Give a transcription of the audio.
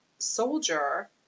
Soldier